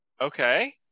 Okay